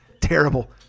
Terrible